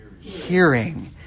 hearing